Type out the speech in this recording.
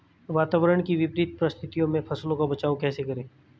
वातावरण की विपरीत परिस्थितियों में फसलों का बचाव कैसे करें?